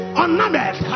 unnumbered